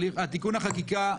תיקון החקיקה,